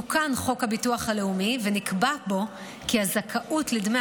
תוקן חוק הביטוח הלאומי ונקבע בו כי הזכאות לדמי